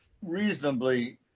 reasonably